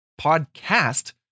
podcast